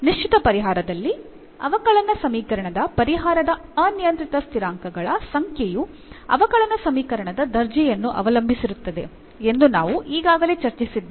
ನಿಶ್ಚಿತ ಪರಿಹಾರದಲ್ಲಿ ಅವಕಲನ ಸಮೀಕರಣದ ಪರಿಹಾರದ ಅನಿಯಂತ್ರಿತ ಸ್ಥಿರಾಂಕಗಳ ಸಂಖ್ಯೆಯು ಅವಕಲನ ಸಮೀಕರಣದ ದರ್ಜೆಯನ್ನು ಅವಲಂಬಿಸಿರುತ್ತದೆ ಎಂದು ನಾವು ಈಗಾಗಲೇ ಚರ್ಚಿಸಿದ್ದೇವೆ